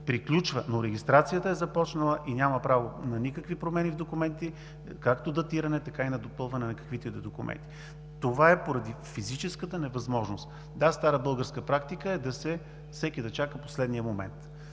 приключва, но регистрацията е започнала и няма право на никакви промени в документите – както датиране, така и на допълване на каквито и да е документи. Това е поради физическата невъзможност. Да, стара българска практика е всеки да чака в последния момент.